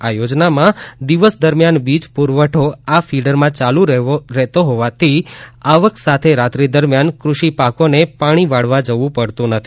આ યોજનામાં દિવસ દરમિયાન વીજ પુરવઠો આ ફીડરમાં ચાલુ રહેતો હોવાથી આવક સાથે રાત્રિ દરમિયાન કૃષિ પાકોને પાણી વાળવા જવુ પડતુ નથી